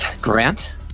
Grant